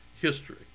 history